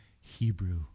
Hebrew